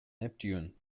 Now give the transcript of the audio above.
neptune